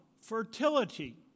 fertility